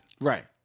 Right